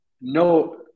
no